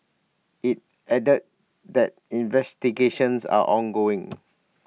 IT added that investigations are ongoing